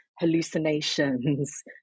hallucinations